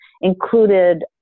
included